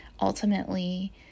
Ultimately